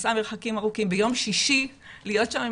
נסעה מרחקים ארוכים ביום שישי להיות שם עם